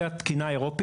יעל,